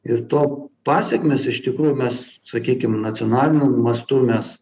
ir to pasekmes iš tikrųjų mes sakykim nacionaliniu mastu mes